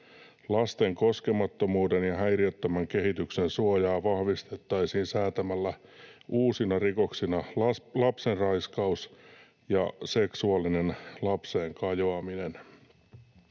Lasten koskemattomuuden ja häiriöttömän kehityksen suojaa vahvistettaisiin säätämällä uusina rikoksina lapsenraiskaus ja seksuaalinen lapseen kajoaminen.”